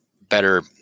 better